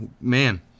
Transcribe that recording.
Man